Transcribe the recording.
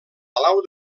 palau